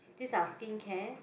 these are skincare